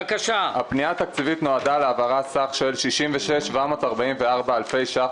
הפנייה התקציבית נועדה להעברת סך של 66,744 אלפי ש"ח